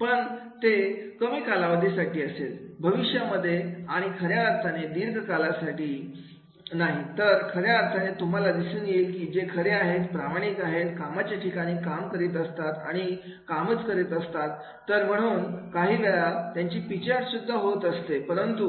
पण ते कमी कालावधीसाठी आहे भविष्यामध्ये आणि खऱ्या अर्थाने फक्त दीर्घ कालावधी साठी नाही तर खऱ्या अर्थाने तुम्हाला असे दिसून येईल की जे खरे आहेत प्रामाणिक आहेत कामाचे ठिकाणी काम करीत असतात आणि कामच करत असतात तर म्हणूनकाही वेळा त्यांची पिछेहाट होत असते परंतु